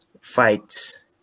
fights